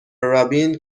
رابین